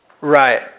Right